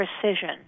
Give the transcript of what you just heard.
precision